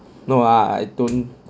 no I I I don't